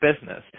business